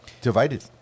Divided